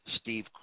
Steve